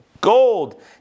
Gold